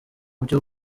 byo